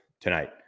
tonight